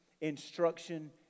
instruction